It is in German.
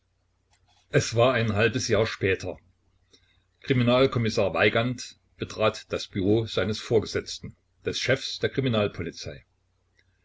es war ein halbes jahr später kriminalkommissar weigand betrat das büro seines vorgesetzten des chefs der kriminalpolizei